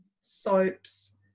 soaps